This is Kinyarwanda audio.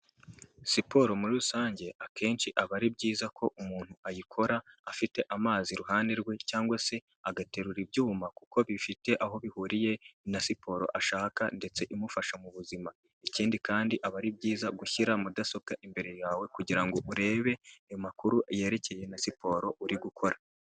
Siporo muri rusange, akenshi aba ari byiza ko umuntu ayikora afite amazi iruhande rwe, cyangwa se agaterura ibyuma kuko bifite aho bihuriye na siporo ashaka ndetse imufasha mu buzima, ikindi kandi aba ari byiza gushyira mudasobwa imbere yawe, kugira ngo urebe ayo makuru yerekeye na siporo uri gukora.